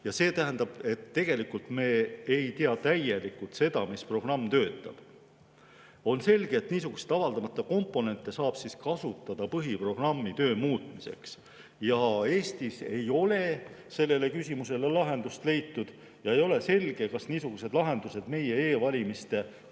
See tähendab, et me tegelikult ei tea täielikult seda, mis programm töötab. On selge, et niisuguseid avaldamata komponente saab kasutada põhiprogrammi töö muutmiseks. Eestis ei ole sellele [probleemile] lahendust leitud ja ei ole selge, kas niisugused lahendused meie e‑valimiste